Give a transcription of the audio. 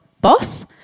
boss